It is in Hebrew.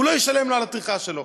הוא לא ישלם לו על הטרחה שלו.